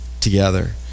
together